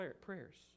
prayers